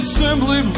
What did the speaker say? simply